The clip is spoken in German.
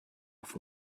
auf